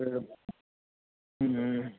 ਅਤੇ